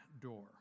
door